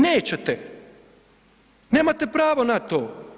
Nećete, nemate pravo na to.